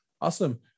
awesome